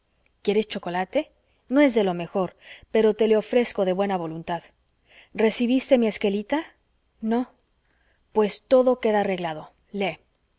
quieres chocolate no es de lo mejor pero te le ofrezco de buena voluntad recibiste mi esquelita no pues todo queda arreglado lee